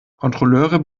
kontrolleure